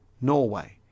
Norway